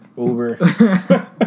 Uber